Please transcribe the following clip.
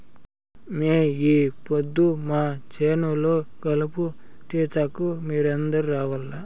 మే ఈ పొద్దు మా చేను లో కలుపు తీతకు మీరందరూ రావాల్లా